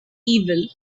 evil